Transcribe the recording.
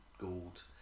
gold